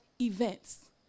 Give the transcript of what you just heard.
events